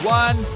one